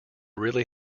really